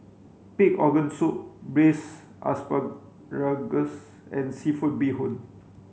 pig organ soup braised asparagus and seafood Bee Hoon